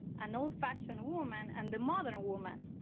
an old-fashioned woman, and the modern woman.